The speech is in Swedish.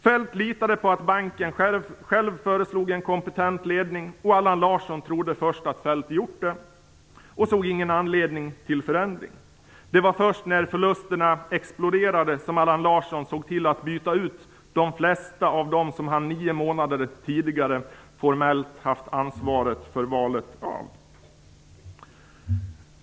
Feldt litade på att banken själv föreslog en kompetent ledning. Allan Larsson trodde först att Feldt gjort det och såg ingen anledning till förändring. Det var först när förlusterna exploderade som Allan Larsson såg till att byta ut de flesta av dem som han nio månader tidigare formellt haft ansvar för valet av.